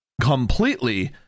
completely